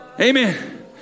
Amen